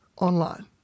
Online